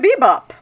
Bebop